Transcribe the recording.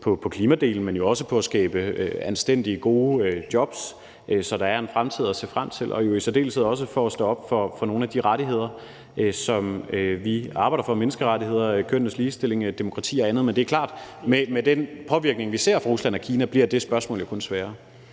på klimadelen, men også på at skabe anstændige, gode jobs, så der er en fremtid at se frem til, og i særdeleshed også for at stå op for nogle af de rettigheder, som vi arbejder for, menneskerettigheder, kønnenes ligestilling, demokrati og andet. Men det er klart, at med den påvirkning, vi ser fra Rusland og Kina, bliver det spørgsmål jo kun sværere.